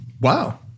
Wow